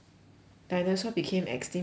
dinosaur became extinct because of